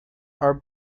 are